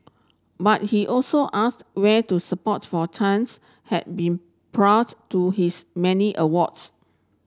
but he also ask where to support for Chen's had been prior to his many awards